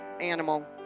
animal